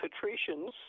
patricians